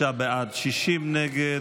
45 בעד, 60 נגד.